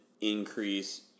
increase –